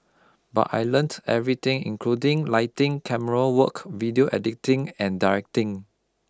but I learnt everything including lighting camerawork video editing and directing